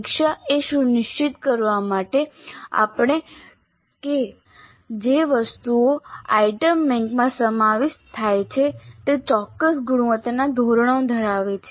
સમીક્ષા એ સુનિશ્ચિત કરવા માટે કરવામાં આવશે કે જે વસ્તુઓ આઇટમ બેંકમાં સમાવિષ્ટ થાય છે તે ચોક્કસ ગુણવત્તાના ધોરણો ધરાવે છે